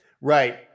Right